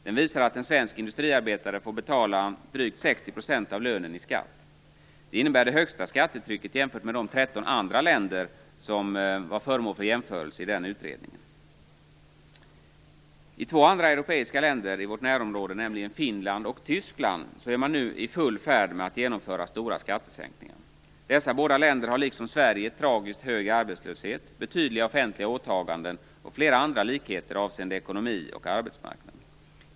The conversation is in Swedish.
Den visar att en svensk industriarbetare får betala drygt 60 % av lönen i skatt. Det innebär det högsta skattetrycket jämfört med de tretton andra länder som ingår i jämförelsen. I två andra europeiska länder i vårt närområde, nämligen Finland och Tyskland, är man nu i full färd med att genomföra stora skattesänkningar. Dessa båda länder har liksom Sverige tragiskt hög arbetslöshet och betydliga offentliga åtaganden. De har också flera andra likheter med Sverige avseende ekonomi och arbetsmarknad.